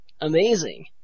Amazing